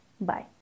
Bye